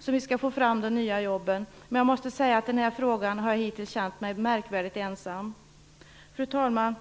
som vi skall få fram de nya jobben. Man jag måste säga att jag i den här frågan hittills känt mig märkvärdigt ensam. Fru talman!